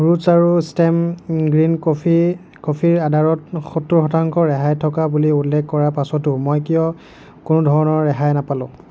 roots আৰু stem green coffee কফীৰ অৰ্ডাৰত সত্তৰ শতাংশ ৰেহাই থকা বুলি উল্লেখ থকাৰ পাছতো মই কিয় কোনোধৰণৰ ৰেহাই নাপালোঁ